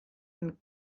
and